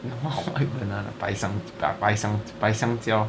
no what white banana 白香白香白香蕉